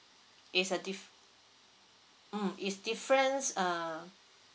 it's a diff~ mm it's difference uh